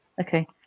okay